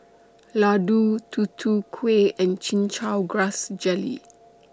Laddu Tutu Kueh and Chin Chow Grass Jelly